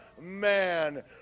man